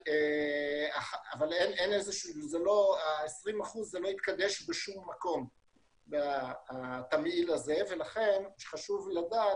אבל התמהיל של ה-20% לא התקבע בשום מקום לכן חשוב לדעת